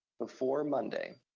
before monday.